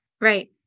Right